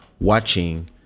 watching